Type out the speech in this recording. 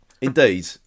Indeed